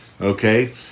Okay